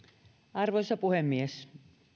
arvoisa puhemies